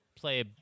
play